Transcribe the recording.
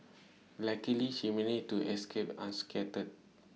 luckily she managed to escape unscathed